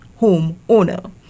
homeowner